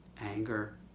anger